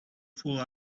full